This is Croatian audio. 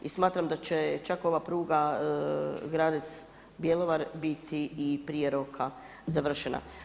I smatram da će čak ova pruga Gradec-Bjelovar biti i prije roka završena.